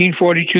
1942